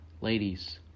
Ladies